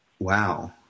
wow